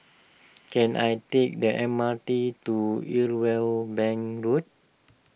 can I take the M R T to Irwell Bank Road